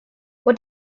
what